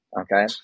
Okay